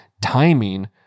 timing